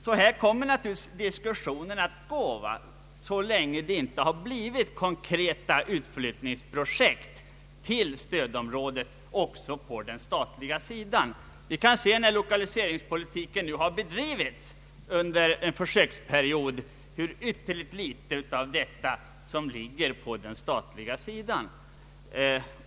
Så här kommer naturligtvis diskussionen att gå så länge det inte har blivit konkreta projekt för utflyttning till stödområdet också på den statliga sidan. När lokaliseringspolitiken nu har bedrivits under en försöksperiod, kan vi se hur vtterligt litet av utlokaliseringen som ligger på den statliga sidan.